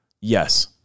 Yes